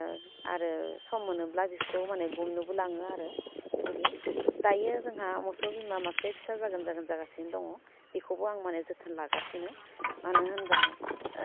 ओह आरो सम मोनोब्ला बिफोरखौ माने गुमनोबो लाङो आरो बेबायदि दायो जोंहा मसौ बिमा मासे फिसा जागोन जागोन जागासिनो दङ बेखौबो आं माने जोथोन लागासिनो मानो होनबा